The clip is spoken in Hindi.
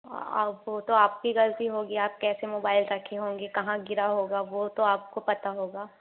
अब वो तो आपकी ग़लती होगी आप कैसे मोबाईल रखे होंगे कहाँ गिरा होगा वो तो आपको पता होगा